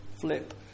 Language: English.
flip